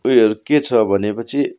उयोहरू के छ भने पछि